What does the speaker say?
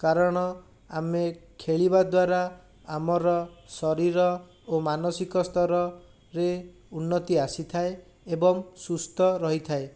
କାରଣ ଆମେ ଖେଳିବା ଦ୍ଵାରା ଆମର ଶରୀର ଓ ମାନସିକ ସ୍ତରରେ ଉନ୍ନତି ଆସିଥାଏ ଏବଂ ସୁସ୍ଥ ରହିଥାଏ